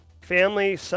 family